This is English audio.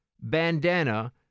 bandana